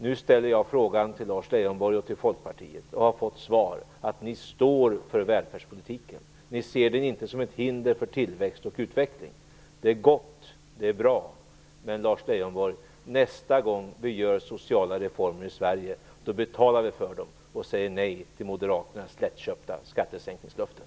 Nu har jag ställt en fråga till Lars Leijonborg och Folkpartiet och har fått svaret att ni står för välfärdspolitiken. Ni ser den inte som ett hinder för tillväxt och utveckling. Det är gott och det är bra. Men, Lars Leijonborg, nästa gång vi genomför sociala reformer i Sverige, betalar vi för dem och säger nej till Moderaternas lättköpta skattesänkningslöften.